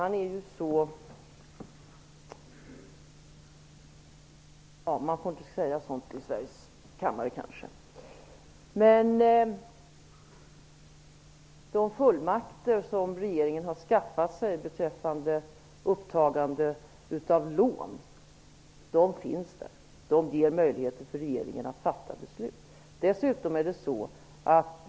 Han är så -- ja, man får kanske inte säga sådant i Sveriges riksdag -- men de fullmakter som regeringen har skaffat sig beträffande upptagande av lån ger regeringen möjlighet att fatta beslut.